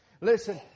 Listen